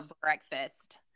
breakfast